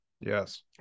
Yes